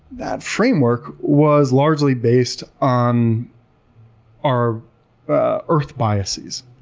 that framework was largely based on our ah earth biases.